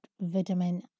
vitamin